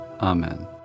Amen